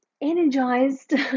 energized